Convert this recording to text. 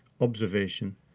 observation